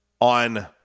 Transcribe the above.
on